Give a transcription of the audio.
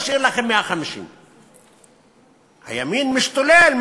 נשאיר לכם 150. הימין משתולל,